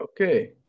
Okay